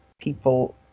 people